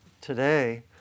today